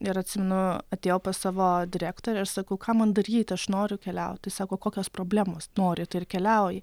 ir atsimenu atėjau pas savo direktorę ir sakau ką man daryti aš noriu keliaut tai sako kokios problemos nori tai ir keliauji